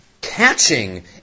catching